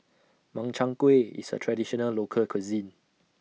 Makchang Gui IS A Traditional Local Cuisine